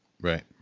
Right